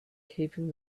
keeping